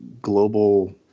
global